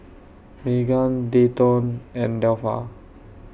Meghann Dayton and Delpha